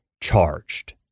charged